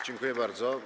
Dziękuję bardzo.